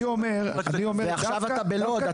ועכשיו אתה בלוד,